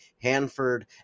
Hanford